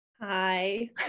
Hi